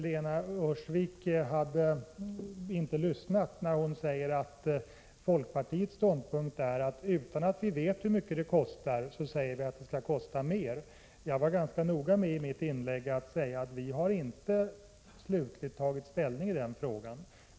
Lena Öhrsvik skildrade folkpartiets ståndpunkt så, att vi utan att veta hur mycket det kostar säger att det skall kosta mer. Det visar att hon inte har lyssnat på vad jag sade. Jag var i mitt inlägg ganska noga med att säga att vi inte slutligt har tagit ställning i den frågan.